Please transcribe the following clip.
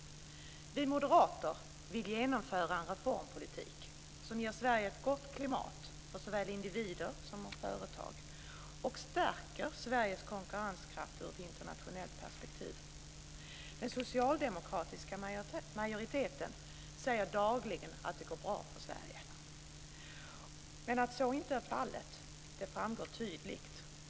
Vi moderater vill genomföra en reformpolitik som ger Sverige ett gott klimat för såväl individer som företag och som stärker Sveriges konkurrenskraft ur ett internationellt perspektiv. Den socialdemokratiska majoriteten säger dagligen att det går bra för Sverige. Men att så inte är fallet framgår tydligt.